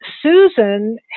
Susan